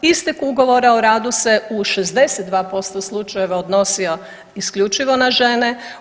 Istek ugovora o radu se u 62% slučajeva odnosio isključivo na žene.